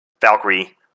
Valkyrie